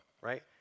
right